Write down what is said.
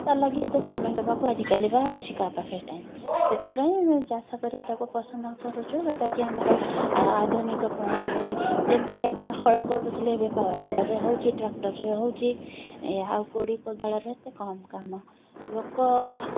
ତା ଲାଗି ଏତେ ସମୟ ଦେବାକୁ ଆଜିକାଲିବା ଅଛି କାହା ପାଖରେ ଟାଇମ୍ ସେଥିପାଇଁ ଆମେ ଚାଷ କରିବାଟାକୁ ପସନ୍ଦ କରୁଛୁ ଯେଉଁଟାକି ଆମର ଆଧୁନିକ ପ୍ରଣାଳୀ ଯେମିତି କି ଆଗେ ହଳ କରୁଦଉଥିଲେ ଏବେ ପାୱାରଟେଲର୍ରେ ହେଉଛି ଟ୍ରାକ୍ଟରରେ ହେଉଛି ଆଉ କୋଡ଼ି କୋଦାଳରେ ଏତେ କମ୍ କାମ ଲୋକ